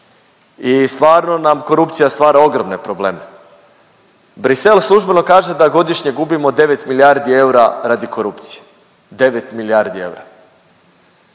i stvarno nam korupcija stvara ozbiljne probleme. Bruxelles službeno kaže da godišnje gubimo devet milijardi eura radi korupcije, devet milijardi eura.